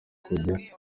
kujya